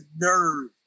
nerve